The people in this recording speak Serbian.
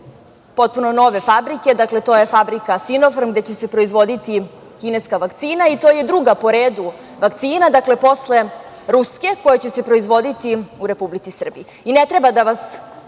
potpuno nove fabrike. To je fabrika „Sinofarm“ gde će se proizvoditi kineska vakcina i to je druga po redu vakcina posle ruske koja će se proizvoditi u Republici Srbiji. Ne treba da vas